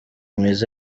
mwiza